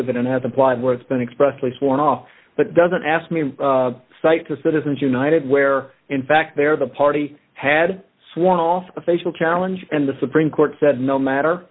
with it and has applied where it's been expressly sworn off but doesn't ask me to cite to citizens united where in fact they are the party had sworn off a facial challenge and the supreme court said no matter